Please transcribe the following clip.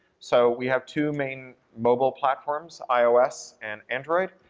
so we have two main mobile platforms, ios and android.